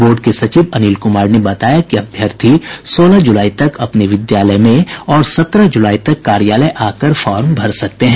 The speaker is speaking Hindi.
बोर्ड के सचिव अनिल कुमार ने बताया कि अभ्यर्थी सोलह जुलाई तक अपने विद्यालय में और सत्रह जुलाई तक कार्यालय आकर फॉर्म भर सकते हैं